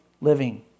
living